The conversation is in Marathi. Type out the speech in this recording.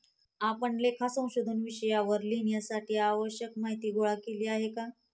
आपण लेखा संशोधन विषयावर लिहिण्यासाठी आवश्यक माहीती गोळा केली आहे का?